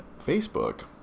Facebook